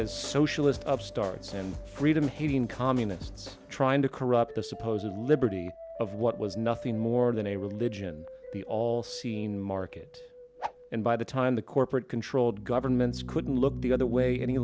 as socialist upstarts and freedom hating communists trying to corrupt the supposedly liberty of what was nothing more than a religion the all seen market and by the time the corporate controlled governments couldn't look the other way any